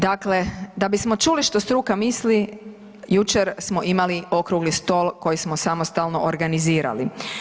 Dakle, da bismo čuli što struka misli jučer smo imali okrugli stol koji smo samostalno organizirali.